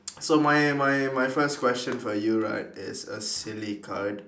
so my my my first question for you right is a silly card